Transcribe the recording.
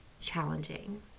challenging